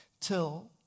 till